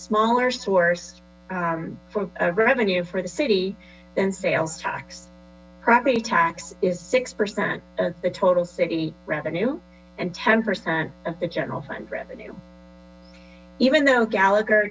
smaller source of revenue for the city than sales tax property tax is six percent of the total city revenue and ten percent of the general fund revenue even though gallagher